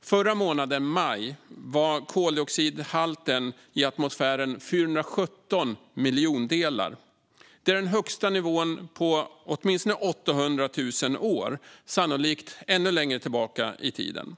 Förra månaden, maj, var koldioxidhalten i atmosfären 417 miljondelar. Det är den högsta nivån på åtminstone 800 000 år, sannolikt ännu längre tillbaka i tiden.